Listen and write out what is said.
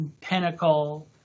pinnacle